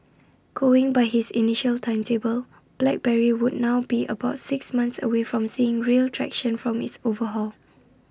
going by his initial timetable BlackBerry would now be about six months away from seeing real traction from its overhaul